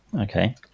Okay